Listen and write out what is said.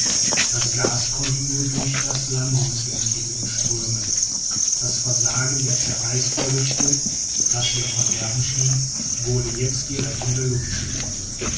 das gas konnte nur durch das landungsventil entströmen das versagen der zerreißvorrichtung das ihr verderben schien wurde jetzt die rettung der